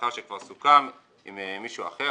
לאחר שכבר סוכם עם מישהו אחר,